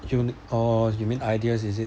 unique oh you mean ideas is it